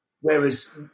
Whereas